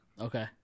Okay